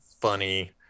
funny